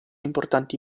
importanti